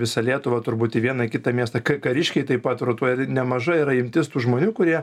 visą lietuvą turbūt į vieną į kitą miestą ka kariškiai taip pat rotuoja ir nemaža yra imtis tų žmonių kurie